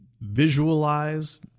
visualize